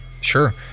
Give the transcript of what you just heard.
Sure